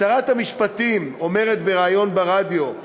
שרת המשפטים אומרת בריאיון ברדיו,